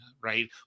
Right